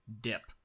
dip